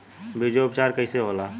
बीजो उपचार कईसे होला?